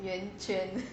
圆圈